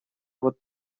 вот